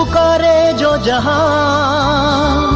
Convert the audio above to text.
da da